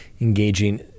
engaging